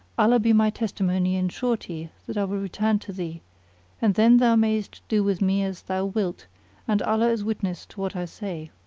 allah be my testimony and surety that i will return to thee and then thou mayest do with me as thou wilt and allah is witness to what i say.